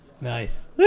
nice